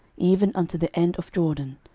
even unto the end of jordan.